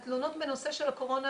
התלונות בנושא של הקורונה,